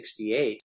1968